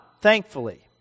thankfully